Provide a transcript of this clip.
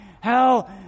hell